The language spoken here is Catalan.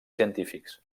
científics